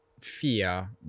fear